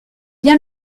bien